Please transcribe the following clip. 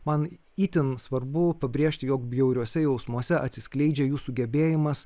man itin svarbu pabrėžti jog bjauriuose jausmuose atsiskleidžia jų sugebėjimas